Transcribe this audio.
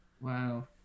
Wow